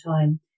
time